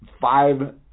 five